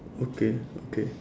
okay okay